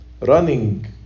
running